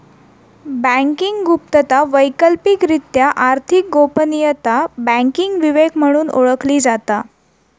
banking गुप्तता, वैकल्पिकरित्या आर्थिक गोपनीयता, बँकिंग विवेक म्हणून ओळखली जाता